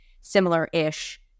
similar-ish